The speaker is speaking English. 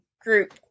group